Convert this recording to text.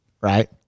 right